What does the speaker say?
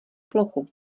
plochu